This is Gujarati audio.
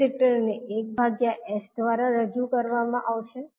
કેપેસિટરને 1 ભાગ્યા s દ્વારા રજૂ કરવામાં આવશે